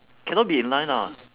cannot be in line ah